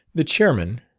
the chairman,